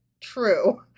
true